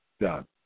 done